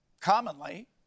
commonly